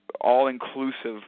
all-inclusive